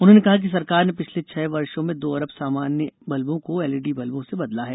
उन्होंने कहा कि सरकार ने पिछले छह वर्षों में दो अरब सामान्य बल्बों को एलईडी बल्बों से बदला है